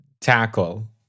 tackle